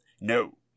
No